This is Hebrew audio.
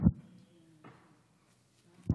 אֶלֶף לַמַּטֶּה" יש לנו חיל של לומדי התורה.